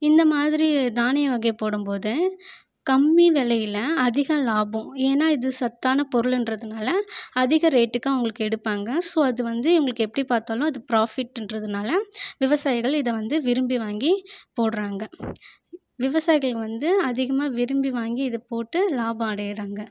இந்த மாதிரி தானிய வகை போடும் போது கம்மி விலையில் அதிக லாபம் ஏன்னால் இது சத்தான பொருளுன்றதுனால அதிக ரேட்க்கு அவங்களுக்கு எடுப்பாங்க ஸோ அதுவந்து இவங்களுக்கு எப்படி பார்த்தாலும் ப்ராஃபிட்ன்றதுனால் விவசாயிகள் இதை வந்து விரும்பி வாங்கி போடுகிறாங்க விவசாயிகள் வந்து அதிகமாக விரும்பி வாங்கி இதை போட்டு லாபம் அடைகிறாங்க